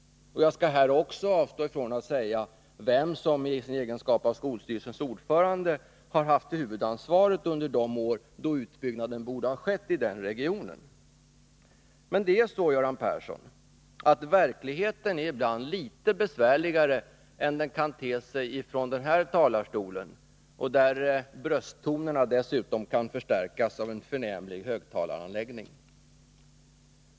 Jag skall också avstå från att säga vem som i sin egenskap av skolstyrelsens ordförande har haft huvudansvaret under de år då utbyggnaden borde ha skett i den regionen. Det är så, Göran Persson, att verkligheten ibland är litet besvärligare än den kan te sig från den här talarstolen, där brösttonerna dessutom kan förstärkas av den förträffliga högtalaranläggningen.